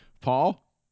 Paul